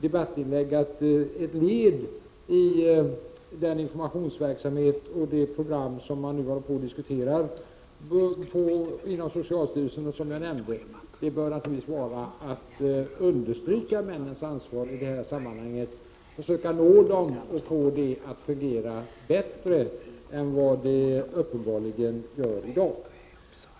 Ett led i den informationsverksamhet och det program som nu diskuteras inom socialstyrelsen och som jag nämnde bör naturligtvis vara att man understryker männens ansvar i detta sammanhang och försöker nå dem, så att det kan fungera bättre än vad det uppenbarligen gör i dag.